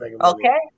okay